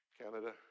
Canada